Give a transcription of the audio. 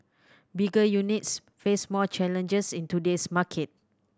bigger units face more challenges in today's market